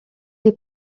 les